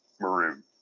maroon